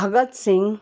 Bhagat Singh